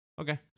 Okay